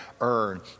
earn